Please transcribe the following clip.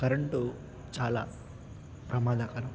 current చాలా ప్రమాదకరం